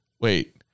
Wait